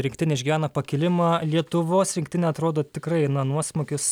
rinktinė išgyvena pakilimą lietuvos rinktinė atrodo tikrai na nuosmukis